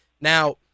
Now